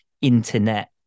internet